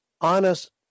honest